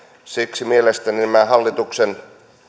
siksi mielestäni nämä hallituksen